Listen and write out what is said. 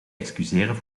excuseren